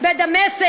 לא ככה, אחמד?